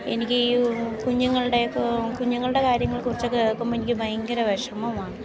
എനിക്ക് ഈ കുഞ്ഞുങ്ങളുടെയൊക്കെ കുഞ്ഞുങ്ങളുടെ കാര്യങ്ങളെ കുറിച്ചൊക്കെ കേൾക്കുമ്പോൾ എനിക്ക് ഭയങ്കര വിഷമമാണ്